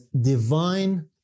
divine